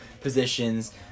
positions